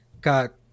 got